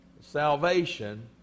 salvation